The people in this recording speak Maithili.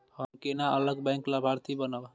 हम केना अलग बैंक लाभार्थी बनब?